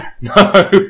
No